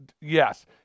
yes